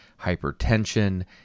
hypertension